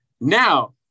Now